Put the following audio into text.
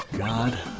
god